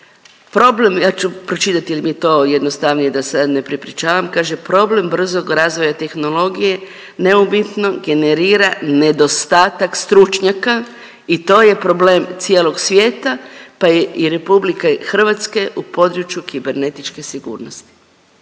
problem, ja ću pročitati jer mi je to jednostavnije da sad ne prepričavam. Kaže problem brzog razvoja tehnologije neupitno generira nedostatak stručnjaka i to je problem cijelog svijeta pa i RH u području kibernetičke sigurnosti.